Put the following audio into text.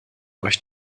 euch